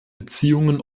beziehungen